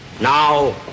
Now